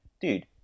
dude